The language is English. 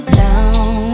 down